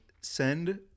send